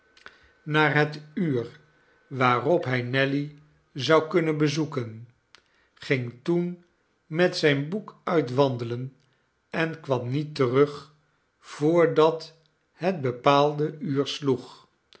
naar het uur waarop hij nelly zou kunnen bezoeken ging toen met zijn boek uit wandelen en kwam niet terug voordat het bepaalde uur sloeg